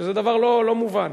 שזה דבר לא מובן.